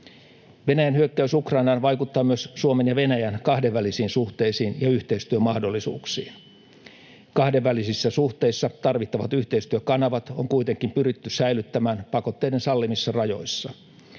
Venäjän hyökkäys Ukrainaan vaikuttaa myös Suomen ja Venäjän kahdenvälisiin suhteisiin ja yhteistyömahdollisuuksiin. Kahdenvälisissä suhteissa tarvittavat yhteistyökanavat on kuitenkin pyritty säilyttämään pakotteiden sallimissa rajoissa.